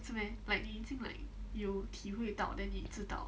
是 meh like 近来有体会到 then 你知道